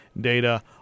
data